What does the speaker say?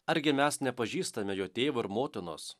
argi mes nepažįstame jo tėvo ir motinos